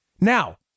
Now